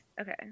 Okay